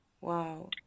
wow